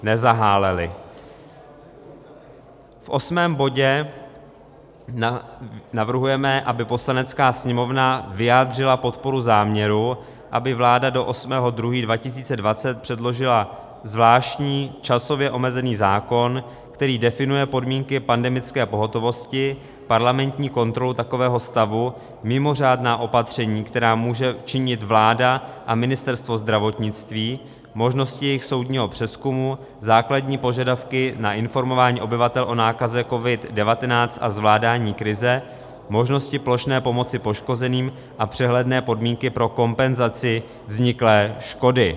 V osmém bodě navrhujeme, aby Poslanecká sněmovna vyjádřila podporu záměru, aby vláda do 8. 2. 2020 předložila zvláštní časově omezený zákon, který definuje podmínky pandemické pohotovosti, parlamentní kontrolu takového stavu, mimořádná opatření, která může činit vláda a Ministerstvo zdravotnictví, možnosti jejich soudního přezkumu, základní požadavky na informování obyvatel o nákaze COVID19 a zvládání krize, možnosti plošné pomoci poškozeným a přehledné podmínky pro kompenzaci vzniklé škody.